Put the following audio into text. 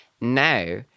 now